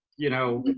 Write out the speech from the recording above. you know,